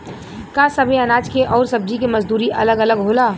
का सबे अनाज के अउर सब्ज़ी के मजदूरी अलग अलग होला?